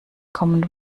common